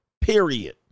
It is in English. Period